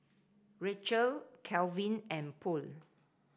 Rachel Kalvin and Purl